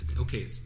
Okay